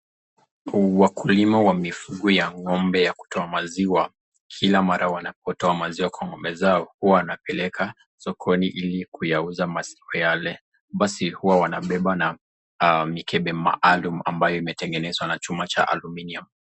Wakulima wa mifugo ya ng'ombe ya kutoa maziwa kila mara wanapotoa maziwa kwa ng'ombe yao huwa wanapeleka sokoni ili kuyauza maziwa yale, basi huwa wanabeba na mikebe maalum ambayo imetengenezwa na chuma cha Aluminium .